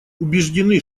убеждены